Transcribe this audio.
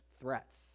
threats